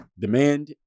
demand